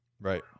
right